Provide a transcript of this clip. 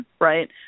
right